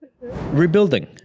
rebuilding